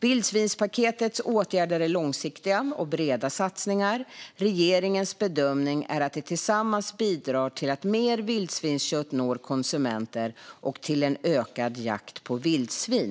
Vildsvinspaketets åtgärder är långsiktiga och breda satsningar. Regeringens bedömning är att de tillsammans bidrar till att mer vildsvinskött når konsumenter och till en ökad jakt på vildsvin.